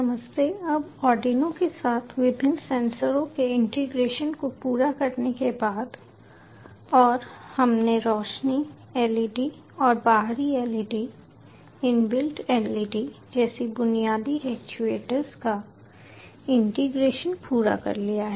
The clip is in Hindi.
नमस्ते अब आर्डिनो के साथ विभिन्न सेंसरों के इंटीग्रेशन को पूरा करने के बाद और हमने रोशनी LED और बाहरी LED इनबिल्ट LED जैसे बुनियादी एक्चुएटर्स का इंटीग्रेशन पूरा कर लिया है